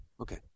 Okay